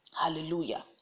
Hallelujah